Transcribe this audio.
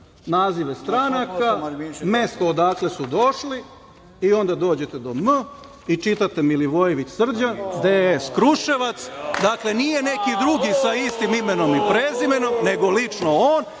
nazive stranaka, mesto odakle su došli i onda dođete do M i čitate Milivojević Srđan DS Kruševac. Dakle, nije neki drugi sa istim imenom i prezimenom, nego lično on.